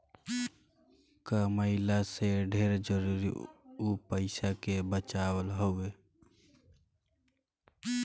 कमइला से ढेर जरुरी उ पईसा के बचावल हअ